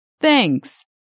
Thanks